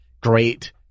great